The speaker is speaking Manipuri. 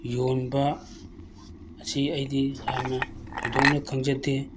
ꯌꯣꯟꯕ ꯑꯁꯤ ꯑꯩꯗꯤ ꯌꯥꯝꯅ ꯊꯣꯏꯗꯣꯛꯅ ꯈꯪꯖꯗꯦ